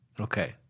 Okay